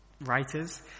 writers